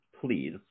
Please